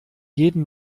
jeden